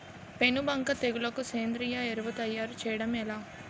పేను బంక తెగులుకు సేంద్రీయ ఎరువు తయారు చేయడం ఎలా?